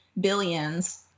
billions